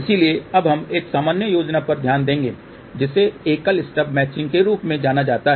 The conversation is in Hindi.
इसलिए अब हम एक अन्य योजना पर ध्यान देंगे जिसे एकल स्टब मैचिंग के रूप में जाना जाता है